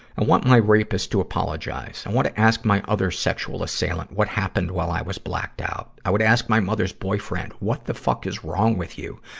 i want my rapist to apologize. i want to ask other sexual assailant what happened while i was blacked out. i would ask my mother's boyfriend what the fuck is wrong with you.